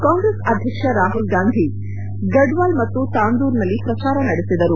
ಕಾಂಗ್ರೆಸ್ ಅಧ್ಯಕ್ಷ ರಾಹುಲ್ ಗಾಂಧಿ ಗಡ್ವಾಲ್ ಮತ್ತು ತಾಂದೂರ್ನಲ್ಲಿ ಪ್ರಚಾರ ನಡೆಸಿದರು